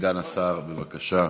סגן השר, בבקשה.